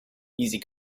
easy